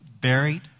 Buried